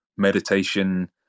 meditation